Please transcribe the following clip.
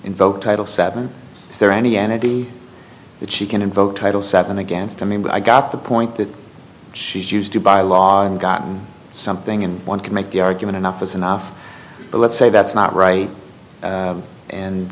invoke title seven is there any entity that she can invoke title seven against i mean i got the point that she's used to by law gotten something and one could make the argument enough is enough let's say that's not right